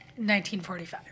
1945